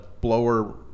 blower